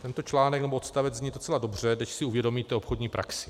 Tento článek, nebo odstavec zní docela dobře, než si uvědomíte obchodní praxi.